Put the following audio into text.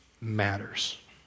matters